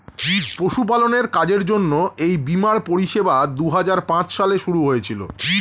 পশুপালনের কাজের জন্য এই বীমার পরিষেবা দুহাজার পাঁচ সালে শুরু হয়েছিল